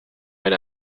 eine